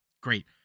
Great